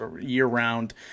year-round